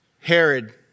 Herod